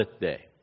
day